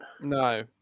No